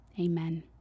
amen